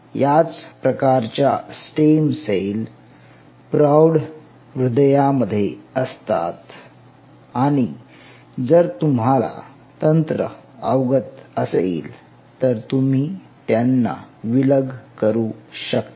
याच प्रकारच्या stem cell प्रौढ हृदयामध्ये असतात आणि जर तुम्हाला तंत्र अवगत असेल तर तुम्ही त्यांना विलग करू शकता